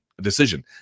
decision